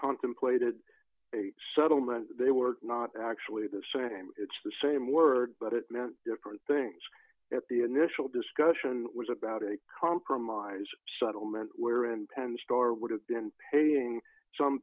contemplated a settlement they were not actually the same it's the same word but it meant different things at the initial discussion was about a compromise shuttle meant wear and pen store would have been paying some